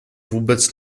vůbec